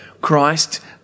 Christ